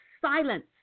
silence